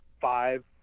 five